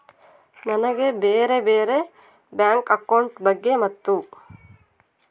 ನನಗೆ ಬ್ಯಾರೆ ಬ್ಯಾರೆ ಬ್ಯಾಂಕ್ ಅಕೌಂಟ್ ಬಗ್ಗೆ ಮತ್ತು?